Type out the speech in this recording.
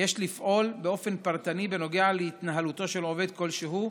שיש לפעול באופן פרטני בנוגע להתנהלותו של עובד כלשהו,